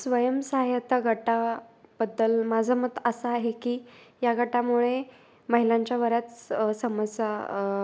स्वयं सहाय्यता गटाबद्दल माझं मत असं आहे की या गटामुळे महिलांच्या बऱ्याच समस्या